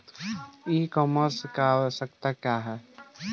ई कॉमर्स की आवशयक्ता क्या है?